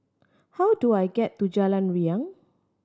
how do I get to Jalan Riang